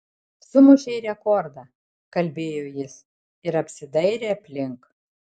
sumušei rekordą kalbėjo jis ir apsidairė aplink